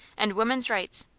and woman's rights,